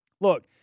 Look